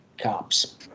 cops